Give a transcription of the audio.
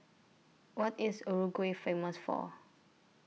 What IS Uruguay Famous For